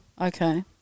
Okay